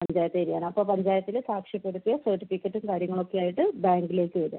panchayat area ആണ് അപ്പോൾ പഞ്ചായത്തിൽ സാക്ഷ്യപ്പെടുത്തിയ സെർട്ടിഫിക്കറ്റും കാര്യങ്ങളൊക്കെയായിട്ട് ബാങ്കിലേക്ക് വരിക